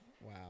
Wow